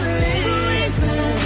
listen